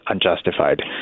unjustified